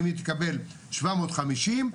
שבע מאות חמישים,